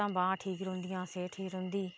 लत्तां बाह्मां ठीक रौहंदियां सेहत ठीक रौहंदी